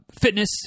fitness